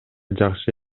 жакшы